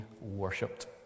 worshipped